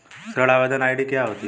ऋण आवेदन आई.डी क्या होती है?